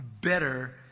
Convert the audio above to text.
better